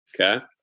Okay